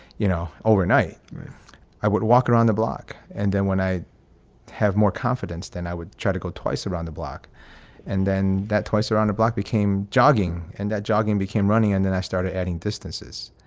you know, overnight i would walk around the block and then when i have more confidence, then i would try to go twice around the block and then that twice around the block became jogging and that jogging became running and then i started adding distances.